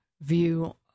view